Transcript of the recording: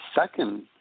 second